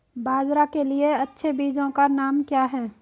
बाजरा के लिए अच्छे बीजों के नाम क्या हैं?